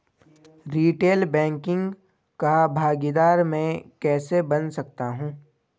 Retail banking का भागीदार मैं कैसे बन सकता हूँ?